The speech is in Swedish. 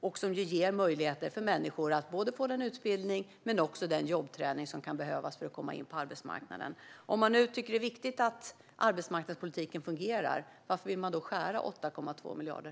Detta ger möjligheter för människor att få både utbildning och den jobbträning som kan behövas för att komma in på arbetsmarknaden. Om man nu tycker att det är viktigt att arbetsmarknadspolitiken fungerar, varför vill man då skära ned med 8,2 miljarder?